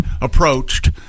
Approached